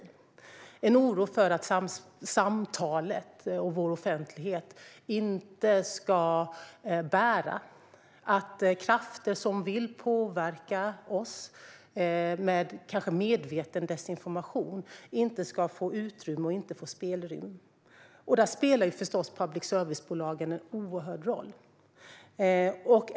Det är en oro för att samtalet och vår offentlighet inte ska bära och en oro för att krafter som vill påverka oss med kanske medveten desinformation ska få utrymme och spelrum. Där spelar förstås public service-bolagen en oerhört stor roll.